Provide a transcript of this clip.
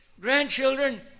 grandchildren